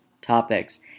topics